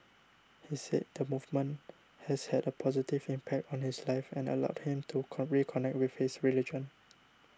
he said the movement has had a positive impact on his life and allowed him to come reconnect with his religion